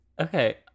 okay